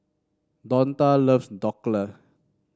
Donta loves Dhokla